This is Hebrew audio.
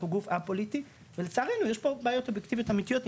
אנחנו גוף אה-פוליטי ולצערי יש פה בעיות אובייקטיביות אמיתיות,